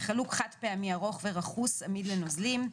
חלוק חד פעמי ארוך ורכוס עמיד לנוזלים,